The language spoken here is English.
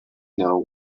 know